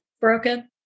broken